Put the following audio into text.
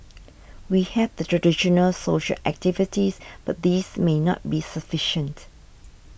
we have the traditional social activities but these may not be sufficient